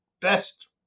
best